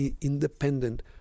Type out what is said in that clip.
independent